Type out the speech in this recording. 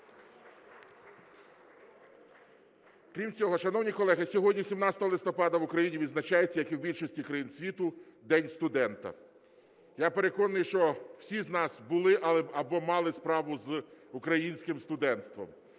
Крім цього, шановні колеги, сьогодні, 17 листопада, в Україні відзначається, як і в більшості країн світу, День студента. Я переконаний, що всі з нас були або мали справу з українським студентством.